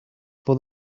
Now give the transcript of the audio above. for